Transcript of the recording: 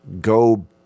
go